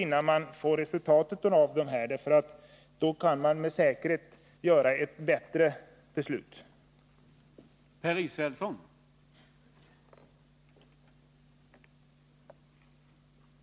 Man måste först avvakta resultaten av undersökningarna, eftersom man då säkert kan fatta bättre beslut.